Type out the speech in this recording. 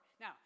Now